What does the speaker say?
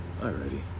Alrighty